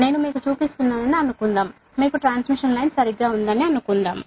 నేను మీకు చూపిస్తున్నానని అనుకుందాం మీకు ట్రాన్స్మిషన్ లైన్ సరిగ్గా ఉందని అనుకుందాం